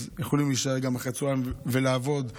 אז יכולים להישאר גם אחרי הצוהריים ולעבוד במליאה,